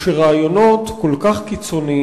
מה שמדאיג אותי הוא שרעיונות כל כך קיצוניים,